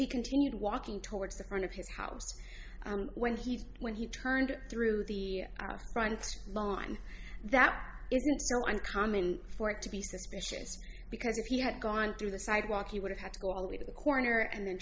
he continued walking towards the front of his house when he when he turned through the our friends line that uncommon for it to be suspicious because if you had gone through the sidewalk he would have had to go to the corner and then